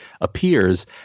appears